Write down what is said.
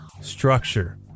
Structure